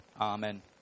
Amen